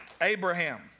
Abraham